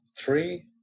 Three